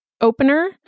opener